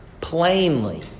plainly